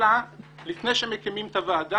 אלא לפני שמקימים את הוועדה,